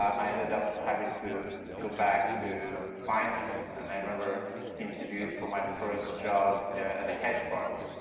um i ended up having to go back to finance, and i remember interviewing for my first job at a hedge fund.